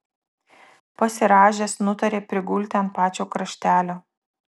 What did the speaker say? pasirąžęs nutarė prigulti ant pačio kraštelio